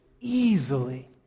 easily